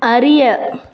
அறிய